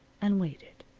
and waited.